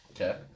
Okay